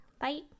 bye